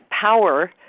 power